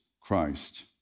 Christ